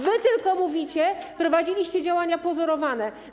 Wy tylko mówicie, a prowadziliście działania pozorowane.